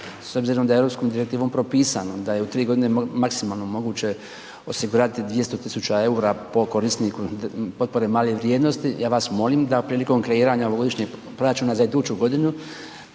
S obzirom da je europskom direktivom propisano da je u 3 g. maksimalno moguće osigurati 200 000 eura po korisniku potpore male vrijednosti, ja vas molim da prilikom kreiranja godišnjeg proračuna za iduću godinu,